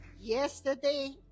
Yesterday